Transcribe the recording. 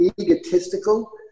egotistical